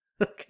Okay